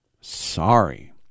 Sorry